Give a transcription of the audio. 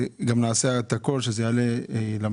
נעשה גם את הכל שזה יעלה למליאה.